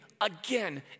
again